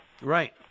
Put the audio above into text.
Right